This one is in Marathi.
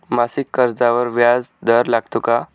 मासिक कर्जावर व्याज दर लागतो का?